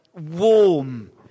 warm